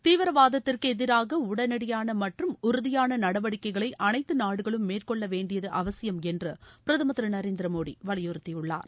தீவிரவாதத்திற்கு எதிராக உடனடியான மற்றும் உறுதியான நடவடிக்கைகளை அனைத்து நாடுகளும் மேற்கொள்ள வேண்டியது அவசியம் என்று பிரதமர் திரு நரேந்திர மோடி வலியுறுத்தியுள்ளார்